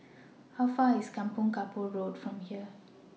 How Far away IS Kampong Kapor Road from here